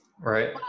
right